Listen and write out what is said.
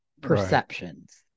perceptions